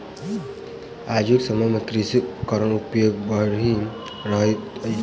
आजुक समय मे कृषि उपकरणक प्रयोग बढ़ि रहल अछि